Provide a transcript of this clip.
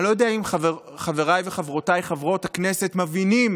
אני לא יודע אם חבריי וחברותיי חברות הכנסת מבינים